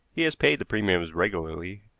he has paid the premiums regularly,